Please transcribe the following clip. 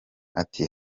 ati